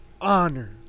Honor